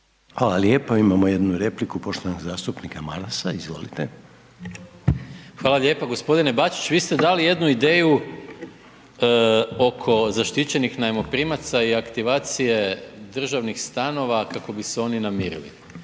Hvala lijepo. Imamo jednu repliku poštovanog zastupnika Marasa. Izvolite. **Maras, Gordan (SDP)** Hvala lijepa. Gospodine Bačić vi ste dali jednu ideju oko zaštićenih najmoprimaca i aktivacije državnih stanova kako bi se oni namirili.